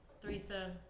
threesome